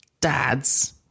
dads